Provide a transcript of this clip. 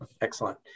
Excellent